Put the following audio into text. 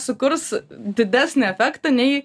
sukurs didesnį efektą nei